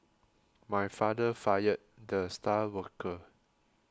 my father fired the star worker